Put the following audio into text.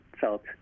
felt